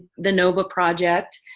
the noba project.